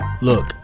Look